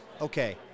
okay